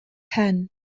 pen